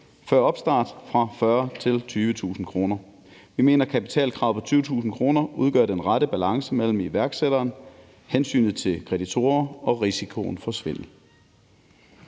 før opstart, fra 40.000 kr. til 20.000 kr. Vi mener, at kapitalkravet på 20.000 kr. udgør den rette balance mellem iværksætteren, hensynet til kreditorer og risikoen for svindel.